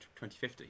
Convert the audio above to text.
2050